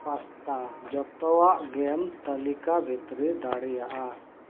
pasta ᱡᱚᱛᱚᱣᱟᱜ ᱜᱮᱢ ᱛᱟᱹᱞᱤᱠᱟ ᱵᱷᱤᱛᱨᱤ ᱫᱟᱲᱮᱭᱟᱜᱼᱟ